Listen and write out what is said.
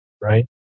right